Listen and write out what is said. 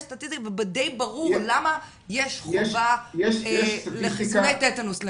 יש סטטיסטיקות ודי ברור למה יש חובה לחיסוני טטנוס.